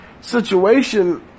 situation